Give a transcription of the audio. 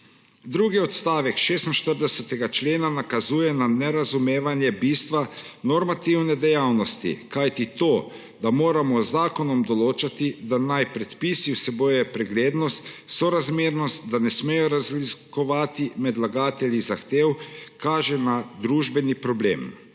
Drugi odstavek 46. člena nakazuje na nerazumevanje bistva normativne dejavnosti, kajti to, da moramo z zakonom določati, da naj predpisi vsebujejo preglednost, sorazmernost, da ne smejo razlikovati med vlagatelji zahtev, kaže na družbeni problem.